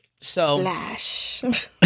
Splash